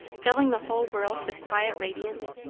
filling the whole world with quiet radiance?